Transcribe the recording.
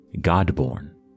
God-born